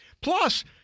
Plus